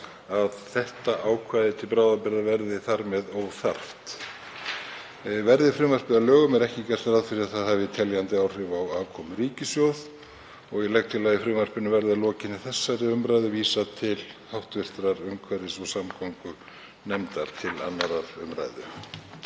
að þetta ákvæði til bráðabirgða verði þar með óþarft. Verði frumvarpið að lögum er ekki gert ráð fyrir að það hafi teljandi áhrif á afkomu ríkissjóðs. Ég legg til að frumvarpinu verði að lokinni þessari umræðu vísað til hv. umhverfis og samgöngur nefndar til 2. umræðu.